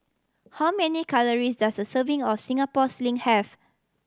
how many calories does a serving of Singapore Sling have